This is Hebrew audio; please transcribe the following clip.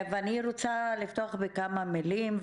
אני רוצה לפתוח בכמה מילים,